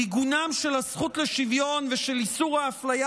עיגונם של הזכות לשוויון ושל איסור האפליה